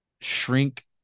shrink